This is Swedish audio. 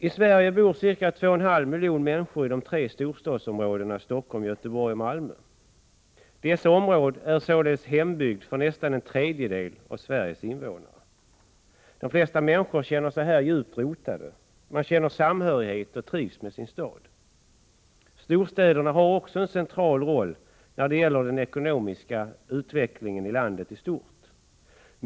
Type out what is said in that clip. I Sverige bor ca 2,5 miljoner människor i de tre storstadsområdena Stockholm, Göteborg och Malmö. Dessa områden är således hembygd för nästan en tredjedel'av Sveriges invånare. De flesta människor känner sig här djupt rotade. Man känner samhörighet och trivs med sin stad. Storstäderna har också en central roll när det gäller den ekonomiska utvecklingen i landet i stort.